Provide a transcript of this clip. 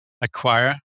acquire